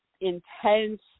intense